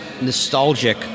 nostalgic